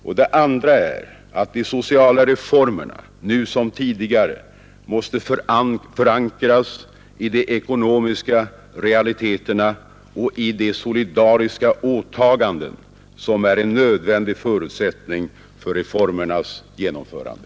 Och det andra är att de sociala reformerna nu som tidigare måste förankras i de ekonomiska realiteterna och i de solidariska åtaganden som är en nödvändig förutsättning för reformernas genomförande.